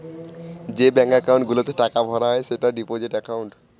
যে bank account গুলোতে টাকা ভরা হয় সেটা ডিপোজিট একাউন্ট